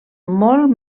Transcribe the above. molt